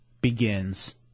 begins